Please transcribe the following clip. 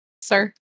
sir